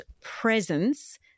Presence